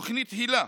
תוכנית היל"ה,